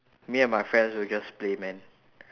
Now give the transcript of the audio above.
me and my friends will just play man